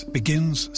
begins